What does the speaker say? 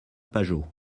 pajot